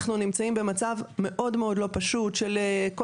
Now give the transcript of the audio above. אנחנו נמצאים במצב מאוד מאוד לא פשוט של מפגעים,